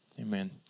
Amen